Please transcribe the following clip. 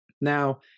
Now